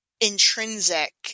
intrinsic